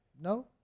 No